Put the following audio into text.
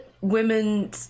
women